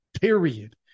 period